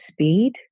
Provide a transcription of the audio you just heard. speed